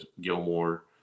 Gilmore